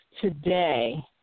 today